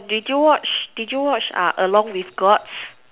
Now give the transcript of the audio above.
did you watch did you watch uh along with gods